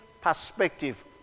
perspective